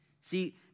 See